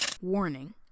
Warning